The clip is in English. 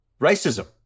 racism